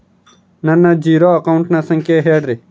ನನ್ನ ಜೇರೊ ಅಕೌಂಟಿನ ಸಂಖ್ಯೆ ಹೇಳ್ರಿ?